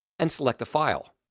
and select the file.